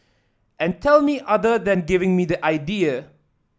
and tell me other than giving me the idea